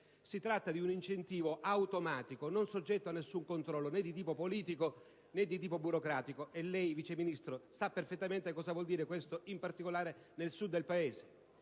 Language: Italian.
Si tratta di un incentivo automatico non soggetto ad alcun controllo, né di tipo politico, né di tipo burocratico (e lei, Vice Ministro, sa perfettamente cosa vuol dire questo, in particolare nel Sud del Paese).